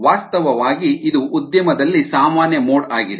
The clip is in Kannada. ವಾಸ್ತವವಾಗಿ ಇದು ಉದ್ಯಮದಲ್ಲಿ ಸಾಮಾನ್ಯ ಮೋಡ್ ಆಗಿದೆ